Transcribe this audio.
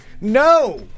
No